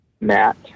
Matt